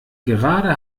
gerade